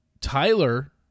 Tyler